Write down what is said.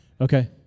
Okay